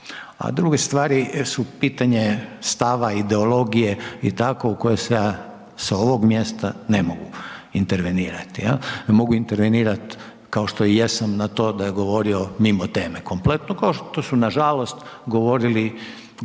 A druge stvari su pitanje stava ideologije i tako u koje ja sa ovoga mjesta ne mogu intervenirati jel, mogu intervenirat kao što i jesam na to da je govorio mimo teme kompletno, kao što su nažalost govorili gotovo